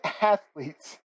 athletes